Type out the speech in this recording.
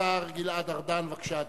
השר גלעד ארדן, בבקשה,